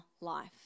life